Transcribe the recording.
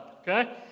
okay